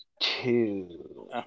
two